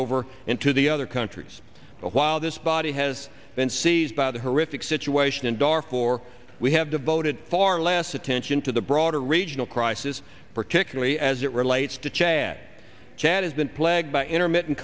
over into the other countries while this body has been seized by the horrific situation in dar for we have devoted far less attention to the broader regional crisis particularly as it relates to chad chad has been plagued by intermittent